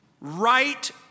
right